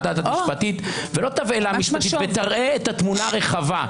דעת משפטית ולא תבהלה משפטית ותראה את התמונה הרחבה,